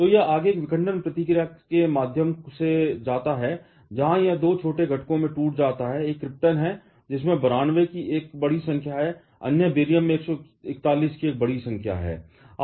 तो यह आगे एक विखंडन प्रतिक्रिया के माध्यम से जाता है जहां यह 2 छोटे घटकों में टूट जाता है एक क्रिप्टन है जिसमें 92 की एक बड़ी संख्या है अन्य बेरियम में 141 की एक बड़ी संख्या है